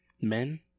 Men